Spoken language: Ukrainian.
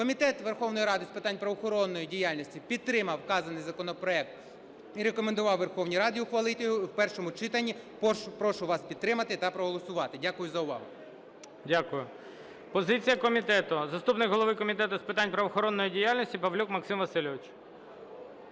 Комітет з питань правоохоронної діяльності підтримав вказаний законопроект і рекомендував Верховній Раді ухвалити його в першому читанні. Прошу вас підтримати та проголосувати. Дякую за увагу. ГОЛОВУЮЧИЙ. Дякую. Позиція комітету. Заступник голови Комітету з питань правоохоронної діяльності Павлюк Максим Васильович.